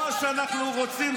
מה זה הדבר הזה?